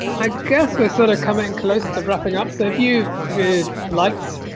i guess we're sort of coming close to wrapping up, so if you liked